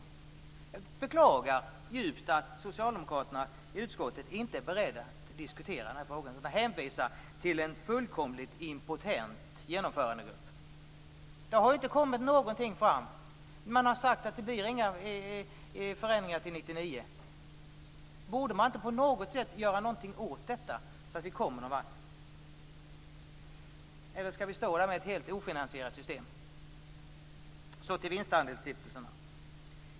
Jag beklagar djupt att socialdemokraterna i utskottet inte är beredda att diskutera den här frågan utan hänvisar till en fullkomligt impotent genomförandegrupp. Det har inte kommit fram någonting. Man har sagt att det inte blir några förändringar till 1999. Borde man inte göra någonting åt detta, så att vi kommer någonvart? Eller skall vi stå där med ett helt ofinansierat system? Så till vinstandelsstiftelserna.